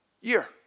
year